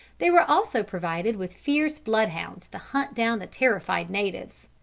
they were also provided with fierce bloodhounds to hunt down the terrified natives.